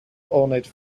ornate